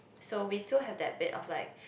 so we still have that bit of like